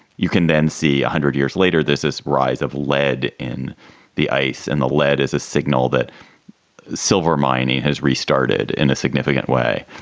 you can then see one hundred years later, this is rise of led in the ice. and the led is a signal that silver mining has restarted in a significant way.